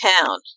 town